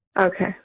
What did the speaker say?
Okay